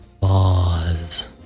pause